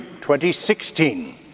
2016